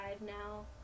now